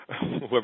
whoever